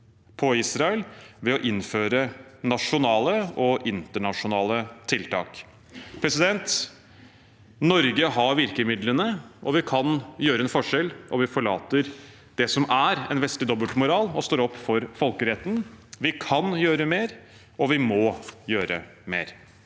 på Israel ved å innføre nasjonale og internasjonale tiltak. Norge har virkemidlene, og vi kan gjøre en forskjell om vi forlater det som er en vestlig dobbeltmoral, og står opp for folkeretten. Vi kan gjøre mer, og vi må gjøre mer.